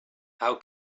how